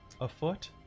afoot